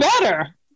better